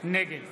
נגד